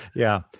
yeah.